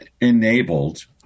Enabled